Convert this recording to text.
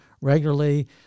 regularly